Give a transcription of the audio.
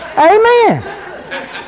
Amen